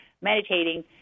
meditating